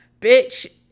bitch